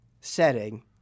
setting